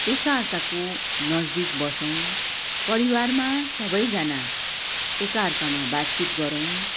एकाअर्काको नजदिक बसौँ परिवारमा सबै जाना एकाअर्कामा बातचित गरौँ